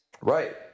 Right